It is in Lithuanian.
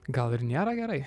gal ir nėra gerai